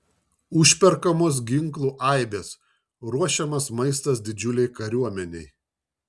užperkamos ginklų aibės ruošiamas maistas didžiulei kariuomenei